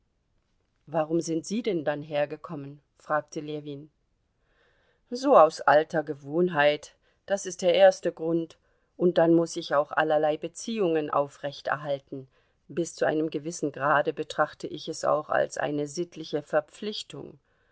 warum sind sie denn dann hergekommen fragte ljewin so aus alter gewohnheit das ist der erste grund und dann muß ich auch allerlei beziehungen aufrechterhalten bis zu einem gewissen grade betrachte ich es auch als eine sittliche verpflichtung